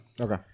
Okay